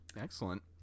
Excellent